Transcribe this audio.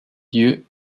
lieu